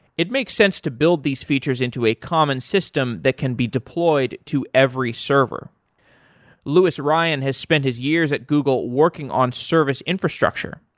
it makes sense to build these features into a common system that can be deployed to every server louis ryan has spent his years at google working on service infrastructure.